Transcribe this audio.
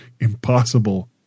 impossible